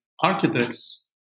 architects